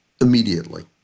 immediately